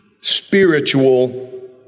spiritual